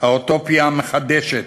האוטופיה מחדשת,